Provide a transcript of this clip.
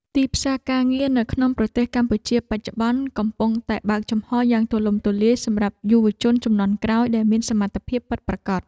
ទីផ្សារការងារនៅក្នុងប្រទេសកម្ពុជាបច្ចុប្បន្ន កំពុងតែបើកចំហរយ៉ាងទូលំទូលាយសម្រាប់យុវជនជំនាន់ក្រោយដែលមានសមត្ថភាពពិតប្រាកដ។